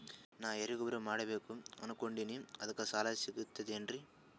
ನಾ ಎರಿಗೊಬ್ಬರ ಮಾಡಬೇಕು ಅನಕೊಂಡಿನ್ರಿ ಅದಕ ಸಾಲಾ ಸಿಗ್ತದೇನ್ರಿ?